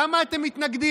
למה אתם מתנגדים?